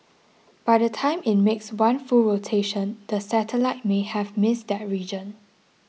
by the time it makes one full rotation the satellite may have missed that region